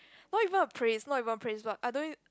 not even a praise not even a praise but I don't